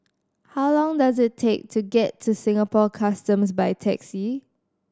how long does it take to get to Singapore Customs by taxi